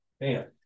man